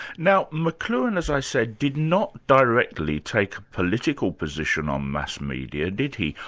now, mcluhan, as i said, did not directly take a political position on mass media, did he,